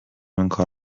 اینکار